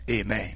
Amen